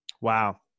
Wow